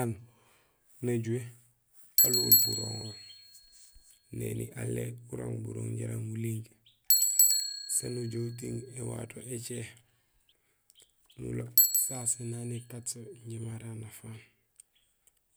Aan najuhé alohul buroŋol; néni alé urooŋ burooŋ jaraam uling, sén ujoow utiiŋ éwato écé nuloob sasu nak nikat so bo injé maré injé anafaan;